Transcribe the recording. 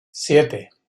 siete